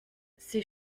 ses